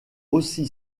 aussi